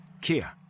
Kia